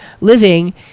living